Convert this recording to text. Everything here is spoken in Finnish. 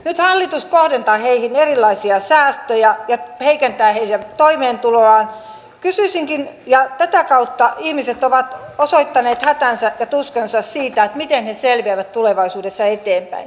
nyt hallitus kohdentaa heihin erilaisia säästöjä ja heikentää heidän toimeentuloaan ja tätä kautta ihmiset ovat osoittaneet hätänsä ja tuskansa siitä miten he selviävät tulevaisuudessa eteenpäin